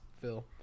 Phil